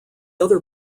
other